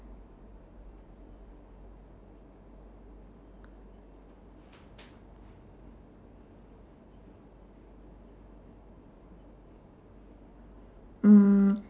mm